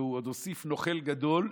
ועוד הוסיף "נוכל גדול",